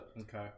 Okay